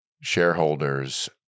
shareholders